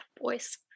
boys